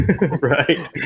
Right